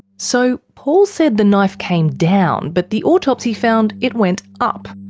so paul said the knife came down, but the autopsy found it went up.